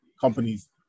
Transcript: companies